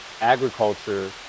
agriculture